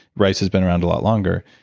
rice had been around a lot longer.